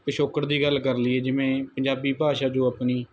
ਪਿਛੋਕੜ ਦੀ ਗੱਲ ਕਰ ਲਈਏ ਜਿਵੇਂ ਪੰਜਾਬੀ ਭਾਸ਼ਾ ਜੋ ਆਪਣੀ